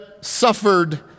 suffered